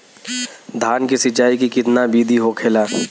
धान की सिंचाई की कितना बिदी होखेला?